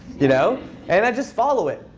you know and i just follow it.